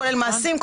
כולל מעשים,